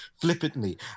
flippantly